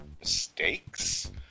mistakes